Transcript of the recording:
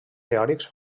teòrics